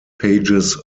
pages